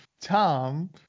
Tom